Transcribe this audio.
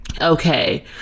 okay